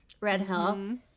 Redhill